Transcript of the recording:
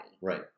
Right